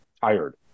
tired